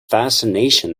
fascination